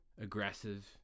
aggressive